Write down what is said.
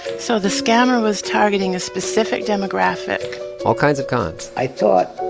so the scammer was targeting a specific demographic all kinds of cons i thought,